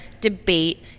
debate